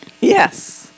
yes